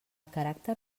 caràcter